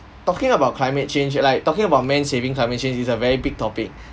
talking about climate change like talking about man saving climate change is a very big topic